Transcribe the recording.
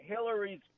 Hillary's